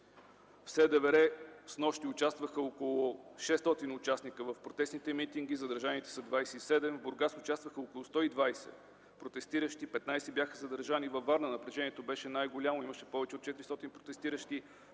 В СДВР снощи имаше около 600 участника в протестните митинги. Задържаните са 27. В Бургас участваха около 120 протестиращи – 15 бяха задържани. Във Варна напрежението беше най-голямо. Имаше повече от 400 протестиращи